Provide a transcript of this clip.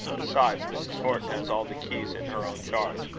besides, mrs. horton has all the keys in her own charge.